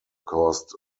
caused